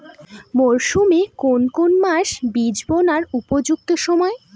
মরসুমের কোন কোন মাস বীজ বোনার উপযুক্ত সময়?